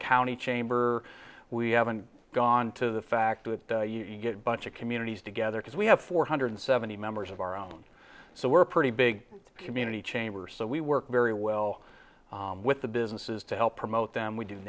county chamber we haven't gone to the fact that you get bunch of communities together because we have four hundred seventy members of our own so we're a pretty big community chamber so we work very well with the businesses to help promote them we do